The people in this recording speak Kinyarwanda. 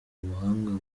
ubuhanga